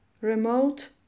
Remote